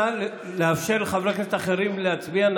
נא לאפשר לחברי הכנסת האחרים להצביע,